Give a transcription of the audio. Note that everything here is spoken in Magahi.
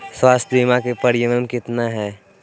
स्वास्थ बीमा के प्रिमियम कितना है?